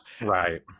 Right